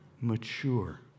Mature